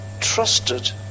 trusted